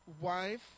wife